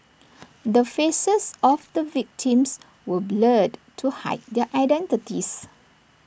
the faces of the victims were blurred to hide their identities